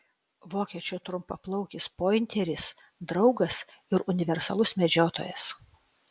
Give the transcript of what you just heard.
vokiečių trumpaplaukis pointeris draugas ir universalus medžiotojas